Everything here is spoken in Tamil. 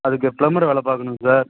அதுக்கு ப்ளம்பர் வேலை பார்க்கணும் சார்